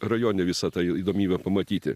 rajone visą tą įdomybę pamatyti